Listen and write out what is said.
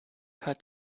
hat